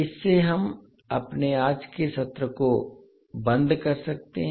इससे हम अपने आज के सत्र को बंद कर सकते हैं